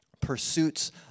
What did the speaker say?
pursuits